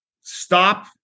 stop